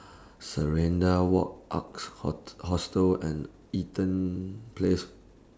Serenade Walk Arks Hot Hostel and Eaton Place